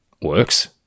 works